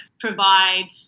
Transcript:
provide